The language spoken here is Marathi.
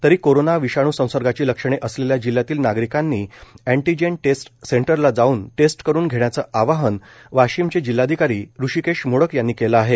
तरी कोरोना विषाणू संसर्गाची लक्षणे असलेल्या जिल्ह्यातील नागरिकांनी अँटीजेन टेस्ट सेंटरला जाऊन टेस्ट करून घेण्याचे आवाहन वाशिमचे जिल्हाधिकारी ऋषिकेश मोडक यांनी केले आहे